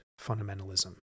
fundamentalism